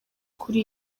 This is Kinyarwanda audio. kuri